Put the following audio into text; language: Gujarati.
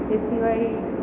તે સિવાય